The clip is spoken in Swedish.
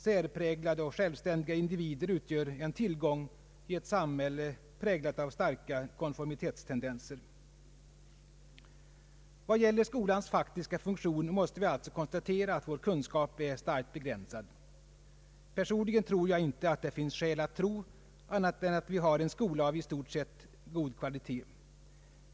Särpräglade och självständiga individer utgör en tillgång i ett samhälle med starka konformitetstendenser. Vad gäller skolans faktiska funktion måste vi alltså konstatera att vår kunskap är starkt begränsad. Personligen anser jag inte att det finns skäl att tro annat än att vi har en skola av i stort sett god kvalitet.